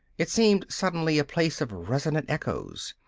it seemed suddenly a place of resonant echoes.